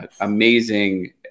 amazing